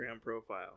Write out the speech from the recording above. profile